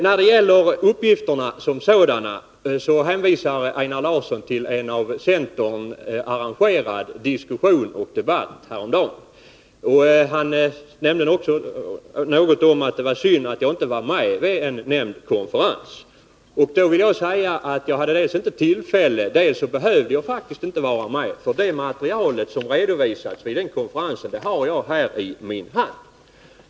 När det gäller uppgifterna som sådana hänvisar Einar Larsson till en av centern arrangerad diskussion häromdagen. Han sade något om att det var synd att jag inte deltog i den konferensen. Jag hade emellertid inte tillfälle att delta, och dessutom behövde jag faktiskt inte delta, eftersom jag här i min hand har delar av det material som redovisades vid konferensen.